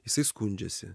jisai skundžiasi